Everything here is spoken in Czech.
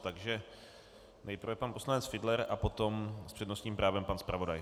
Takže nejprve pan poslanec Fiedler a potom s přednostním právem pan zpravodaj.